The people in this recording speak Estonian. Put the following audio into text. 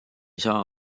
saa